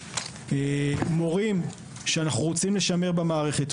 מורים שאנחנו רוצים לשמר במערכת,